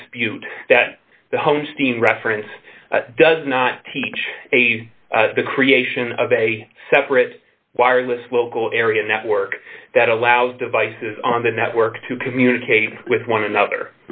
dispute that the homesteading reference does not teach the creation of a separate wireless local area network that allows devices on the network to communicate with one another